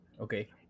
Okay